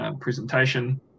presentation